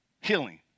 healing